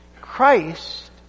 Christ